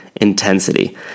intensity